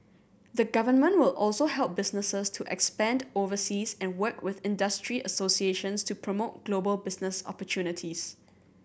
the Government will also help businesses to expand overseas and work with industry associations to promote global business opportunities